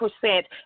percent